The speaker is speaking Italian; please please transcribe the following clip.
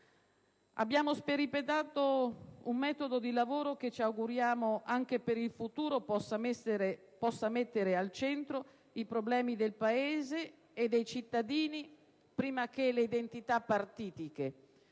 Abbiamo sperimentato un metodo di lavoro che ci auguriamo anche per il futuro possa mettere al centro i problemi del Paese e dei cittadini prima che le identità partitiche,